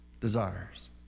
desires